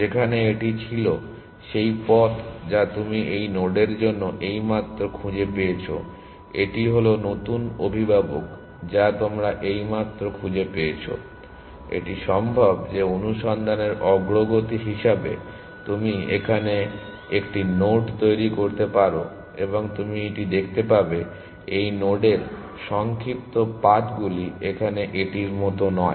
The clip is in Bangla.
যেখানে এটি ছিল এই সেই পথ যা তুমি এই নোডের জন্য এইমাত্র খুঁজে পেয়েছো এটি হল নতুন অভিভাবক যা তোমরা এইমাত্র খুঁজে পেয়েছো এটি সম্ভব যে অনুসন্ধানের অগ্রগতি হিসাবে তুমি এখানে একটি নোড তৈরি করতে পারো এবং তুমি এটি দেখতে পাবে এই নোডের সংক্ষিপ্ত পাথগুলি এখানে এটির মত নয়